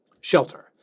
Shelter